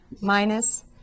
minus